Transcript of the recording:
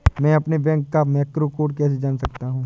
मैं अपने बैंक का मैक्रो कोड कैसे जान सकता हूँ?